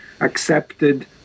accepted